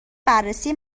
بررسی